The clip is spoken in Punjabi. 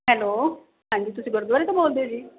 ਹੈਲੋ ਹਾਂਜੀ ਤੁਸੀਂ ਗੁਰਦੁਆਰੇ ਤੋਂ ਬੋਲਦੇ ਹੋ ਜੀ